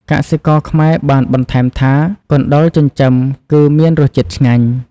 កសិករខ្មែរបានបន្ថែមថា កណ្តុរចិញ្ចឹមគឺមានរសជាតិឆ្ងាញ់។